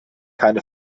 keine